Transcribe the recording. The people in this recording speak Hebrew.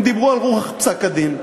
הם דיברו על רוח פסק-הדין.